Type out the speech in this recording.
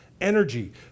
energy